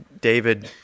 David